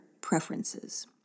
preferences